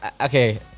okay